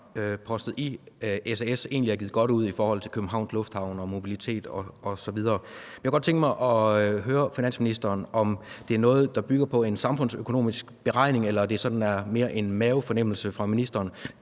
postet i SAS, egentlig er givet godt ud i forhold til Københavns Lufthavn og mobilitet osv. Jeg kunne godt tænke mig at høre finansministeren, om det er noget, der bygger på en samfundsøkonomisk beregning, eller det sådan mere er en mavefornemmelse hos ministeren.